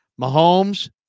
Mahomes